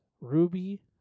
Ruby